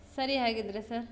ಸರಿ ಹಾಗಿದ್ದರೆ ಸರ್